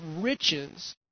riches